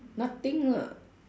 nothing lah